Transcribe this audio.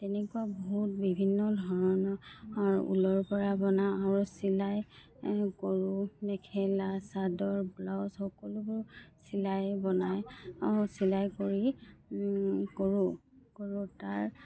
তেনেকুৱা বহুত বিভিন্ন ধৰণৰ ঊলৰ পৰা বনাওঁ আৰু চিলাই কৰোঁ মেখেলা চাদৰ ব্লাউজ সকলোবোৰ চিলাই বনাই চিলাই কৰি কৰোঁ কৰোঁ তাৰ